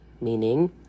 meaning